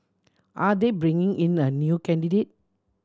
are they bringing in a new candidate